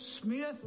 Smith